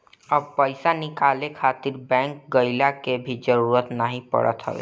अब पईसा निकाले खातिर बैंक गइला के भी जरुरत नाइ पड़त हवे